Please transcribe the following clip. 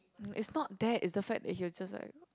um it's not that is the fact that he'll just like